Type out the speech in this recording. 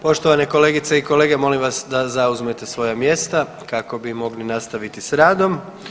Poštovane kolegice i kolege molim vas da zauzmete svoja mjesta kako bi mogli nastaviti sa radom.